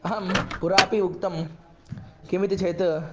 अहं पुरापि उक्तं किम् इति चेत्